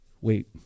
wait